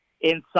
inside